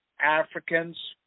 Africans